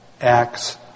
act's